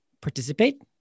participate